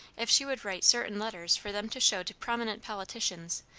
if she would write certain letters for them to show to prominent politicians,